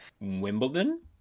Wimbledon